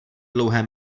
dlouhé